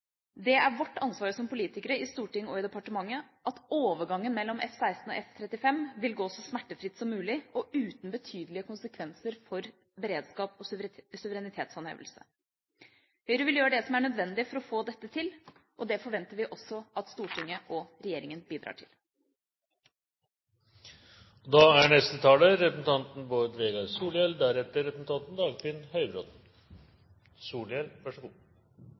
Det er vårt ansvar som politikere på Stortinget og i departementet at overgangen mellom F-16 og F-35 vil gå så smertefritt som mulig og uten betydelige konsekvenser for beredskap og suverenitetshåndhevelse. Høyre vil gjøre det som er nødvendig for å få dette til, og det forventer vi også at Stortinget og regjeringa bidrar til. Eg viser til innstillinga og merknadene der når det gjeld dei spørsmåla som er